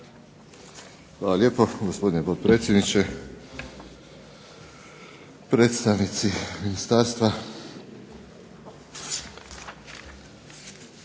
Hvala lijepo. Gospodine potpredsjedniče, predstavnici ministarstva.